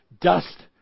dust